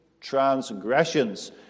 transgressions